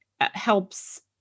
helps